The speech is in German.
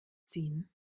ziehen